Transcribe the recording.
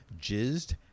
jizzed